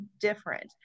different